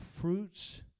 fruits